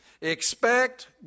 expect